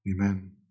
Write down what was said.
amen